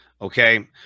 okay